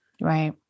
Right